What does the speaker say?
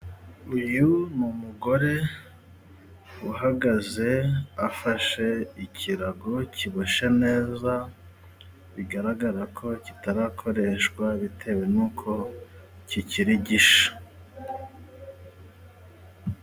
Uyu ni umugore uhagaze afashe ikirago kiboshye neza, bigaragara ko kitarakoreshwa bitewe n'uko kikiri gishya.